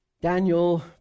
Daniel